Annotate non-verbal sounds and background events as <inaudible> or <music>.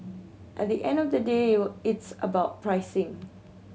at the end of the day <unintelligible> it's about pricing